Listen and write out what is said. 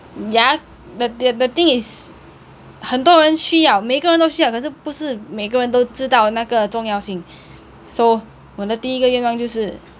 ya the the thing is 很多人需要每个人都需要可是不是每个人都知道那个重要性 so 我的第一个愿望是